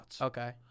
Okay